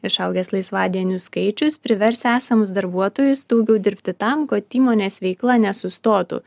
išaugęs laisvadienių skaičius privers esamus darbuotojus daugiau dirbti tam kad įmonės veikla nesustotų